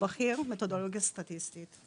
בכיר מתודולוגיה סטטיסטית.